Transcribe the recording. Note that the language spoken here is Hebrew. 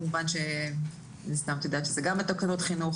כמובן שמן הסתם כפי שאת יודעת זה גם בתקנות החינוך,